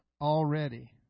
already